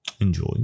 enjoy